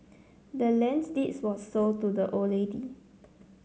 the land's deeds was sold to the old lady